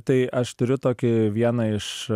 tai aš turiu tokį vieną iš